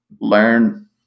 learn